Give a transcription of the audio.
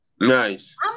Nice